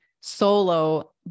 Solo